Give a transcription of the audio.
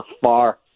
far